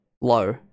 Low